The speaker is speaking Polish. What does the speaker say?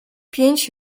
pięć